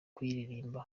kuyiririmba